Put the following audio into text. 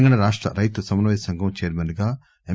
తెలంగాణ రాష్ట రైతు సమన్వయ సంఘం చైర్మెన్ గా ఎం